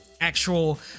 actual